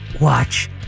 watch